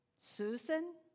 Susan